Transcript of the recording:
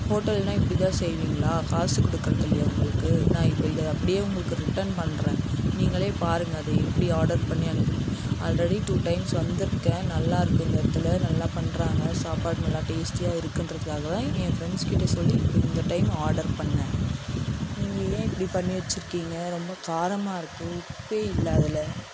ஹோட்டல்னால் இப்படிதான் செய்வீங்களா காசு கொடுக்கறது இல்லையா உங்களுக்கு நான் இப்போ இதை அப்படியே உங்களுக்கு ரிட்டன் பண்ணுறேன் நீங்களே பாருங்கள் அதை எப்படி ஆடர் பண்ணி அனுப் ஆல்ரெடி டூ டைம்ஸ் வந்திருக்கேன் நல்லாயிருக்கு இந்த இடத்துல நல்லா பண்ணுறாங்க சாப்பாடு நல்லா டேஸ்ட்டியாக இருக்குன்றதுக்காக தான் என் ஃப்ரெண்ட்ஸுகிட்ட சொல்லி இந்த டைம் ஆடர் பண்ணேன் நீங்கள் ஏன் இப்படி பண்ணி வச்சிருக்கீங்க ரொம்ப காரமாக இருக்கு உப்பே இல்லை அதில்